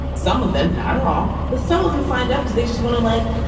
some of them not all, but some of them signed up because they just want to, like,